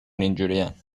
اینجورین